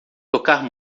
tocar